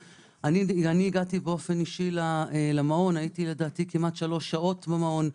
הגעתי באופן אישי למעון, הייתי כשלוש שעות במעון,